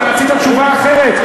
אתה רצית תשובה אחרת?